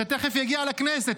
שתכף יגיע לכנסת,